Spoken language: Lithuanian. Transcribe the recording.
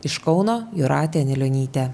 iš kauno jūratė anilionytė